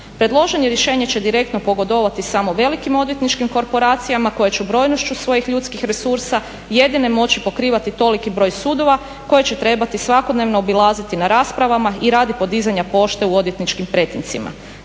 Predloženo rješenje će direktno pogodovati samo velikim odvjetničkim korporacijama koje će brojnošću svojih ljudskih resursa jedine moći pokrivati toliki broj sudova koje će trebati svakodnevno obilaziti na raspravama i radi podizanja pošte u odvjetničkim pretincima.